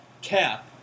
cap